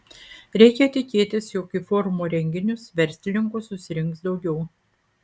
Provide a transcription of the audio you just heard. reikia tikėtis jog į forumo renginius verslininkų susirinks daugiau